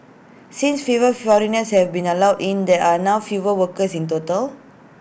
since fewer foreigners have been allowed in there are now fewer workers in total